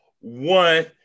one